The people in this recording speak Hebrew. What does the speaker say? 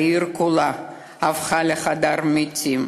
העיר כולה הפכה לחדר מתים.